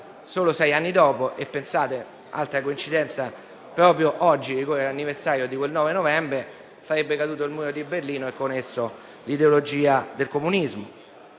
solo sei anni dopo (altra coincidenza: proprio oggi ricorre quell'anniversario), il 9 novembre sarebbe caduto il muro di Berlino e con esso l'ideologia del comunismo.